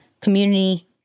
community